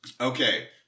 Okay